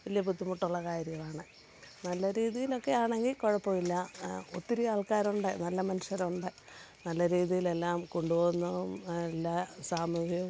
വലിയ ബുദ്ധിമുട്ടുള്ള കാര്യമാണ് നല്ല രീതീലൊക്കെയാണെങ്കിൽ കുഴപ്പം ഇല്ല ഒത്തിരി ആൾക്കാരുണ്ട് നല്ല മനുഷ്യരുണ്ട് നല്ല രീതീലെല്ലാം കൊണ്ടുപോകുന്ന എല്ലാ സാമൂഹ്യം